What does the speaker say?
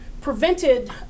prevented